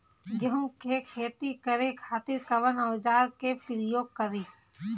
गेहूं के खेती करे खातिर कवन औजार के प्रयोग करी?